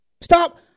stop